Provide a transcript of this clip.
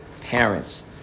parents